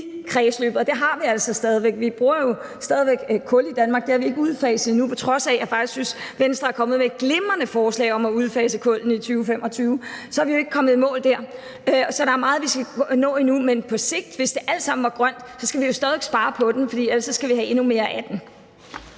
kredsløbet, og det har vi altså stadig væk. Vi bruger jo stadig væk kul i Danmark. Det har vi ikke udfaset i nu. På trods af at jeg faktisk synes at Venstre er kommet med et glimrende forslag om at udfase kullene i 2025, er vi ikke kommet i mål der. Der er meget, vi skal nå endnu, men hvis det alt sammen var grønt på sigt, skal vi jo stadig væk spare på den, fordi vi jo ellers skal have endnu mere af den.